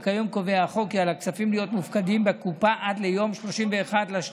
וכיום קובע החוק כי על הכספים להיות מופקדים בקופה עד ליום 31 במרץ